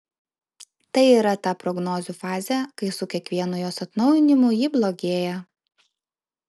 tai yra ta prognozių fazė kai su kiekvienu jos atnaujinimu ji blogėja